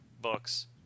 books